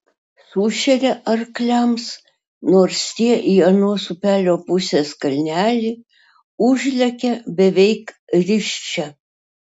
sušeria arkliams nors tie į anos upelio pusės kalnelį užlekia beveik risčia